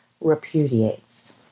repudiates